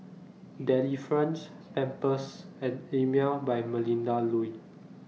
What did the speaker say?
Delifrance Pampers and Emel By Melinda Looi